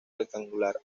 rectangular